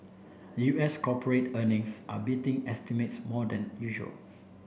U S corporate earnings are beating estimates more than usual